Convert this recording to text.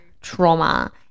trauma